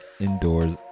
indoors